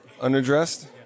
underdressed